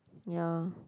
ya